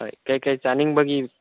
ꯍꯣꯏ ꯀꯔꯤ ꯀꯔꯤ ꯆꯥꯅꯤꯡꯕꯒꯤ